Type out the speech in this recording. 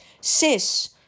sis